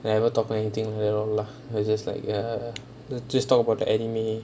never talk to anything at all lah we just like err let's just talk about the anime